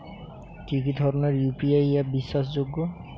কি কি ধরনের ইউ.পি.আই অ্যাপ বিশ্বাসযোগ্য?